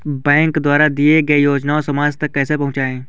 Bank द्वारा दिए गए योजनाएँ समाज तक कैसे पहुँच सकते हैं?